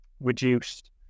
reduced